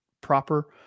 proper